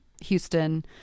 Houston